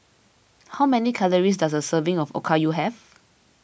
how many calories does a serving of Okayu have